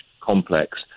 complex